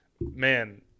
man